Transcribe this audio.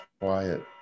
quiet